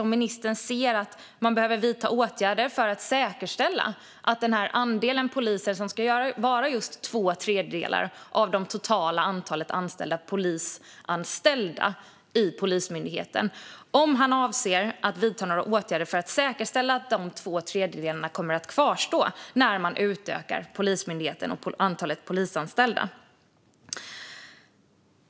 Ser ministern att man behöver vidta åtgärder för att säkerställa att andelen poliser, två tredjedelar av det totala antalet anställda vid Polismyndigheten, kommer att kvarstå när man utökar Polismyndigheten och antalet polisanställda?